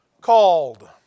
called